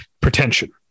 pretension